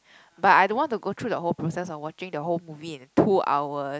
but I don't want to go through the whole process of watching the whole movie in two hours